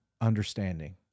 understanding